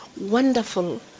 wonderful